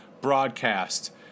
broadcast